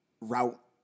route